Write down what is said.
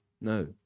No